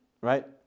Right